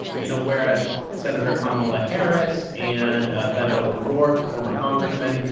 you know, whereas senator kamala harris and ah beto o'rourke, the former congressman,